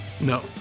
no